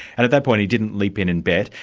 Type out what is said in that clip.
and at that point he didn't leap in and bet,